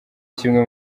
kimwe